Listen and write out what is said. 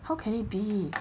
how can it be